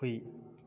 ꯍꯨꯏ